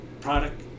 product